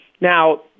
Now